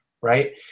right